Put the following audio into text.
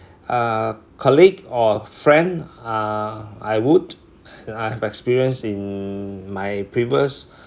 uh colleague or friend uh I would I have experience in my previous